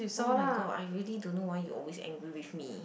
oh my god I really don't know why you always angry with me